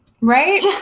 right